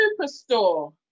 Superstore